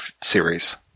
series